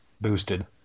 boosted